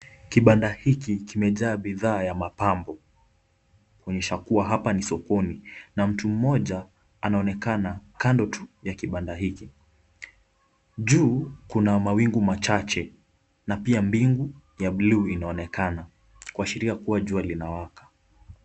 Kibanda hiki kimejaa bidhaa ya mapambo kuonyesha kuwa hapa ni sokoni na mtu mmoja anaonekana kando tu ya kibanda hiki, juu kuna mawingu machache na pia mbingu ya buluu inaonekana kuashiria kuwa jua linawaka.